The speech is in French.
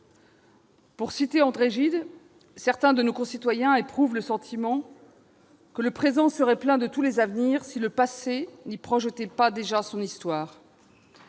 Pour citer André Gide, certains de nos concitoyens éprouvent le sentiment que « le présent serait plein de tous les avenirs, si le passé n'y projetait déjà une histoire